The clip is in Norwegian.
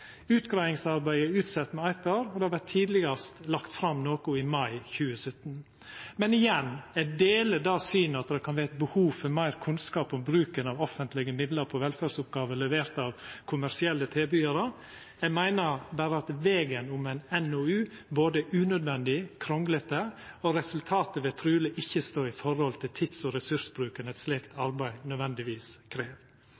Utgreiingsarbeidet er utsett med eitt år, og det vert tidlegast lagt fram noko i mai 2017. Men igjen: Eg deler det synet at det kan vera eit behov for meir kunnskap om bruken av offentlege midlar på velferdsoppgåver leverte av kommersielle tilbydarar. Eg meiner berre at vegen om ei NOU er både unødvendig og krunglete, og resultatet vil truleg ikkje stå i forhold til tids- og ressursbruken eit slikt